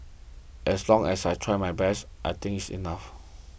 as long as I tried my best I think it is enough